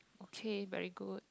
okay very good